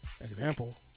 Example